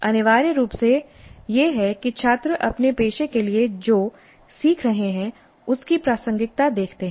अनिवार्य रूप से यह है कि छात्र अपने पेशे के लिए जो सीख रहे हैं उसकी प्रासंगिकता देखते हैं